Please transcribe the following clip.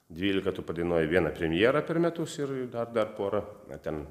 dvylika tu padainuoji vieną premjerą per metus ir dar dar porą ten